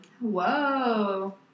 Whoa